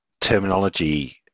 terminology